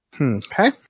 Okay